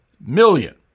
million